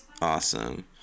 Awesome